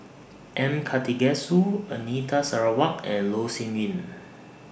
M Karthigesu Anita Sarawak and Loh Sin Yun